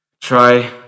try